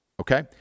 okay